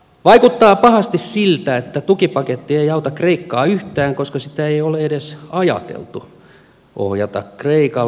vaikuttaa pahasti siltä että tukipaketti ei auta kreikkaa yhtään koska sitä ei ole edes ajateltu ohjata kreikalle